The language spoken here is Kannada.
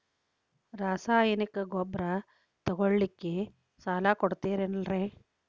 ರಾಸಾಯನಿಕ ಗೊಬ್ಬರ ತಗೊಳ್ಳಿಕ್ಕೆ ಸಾಲ ಕೊಡ್ತೇರಲ್ರೇ?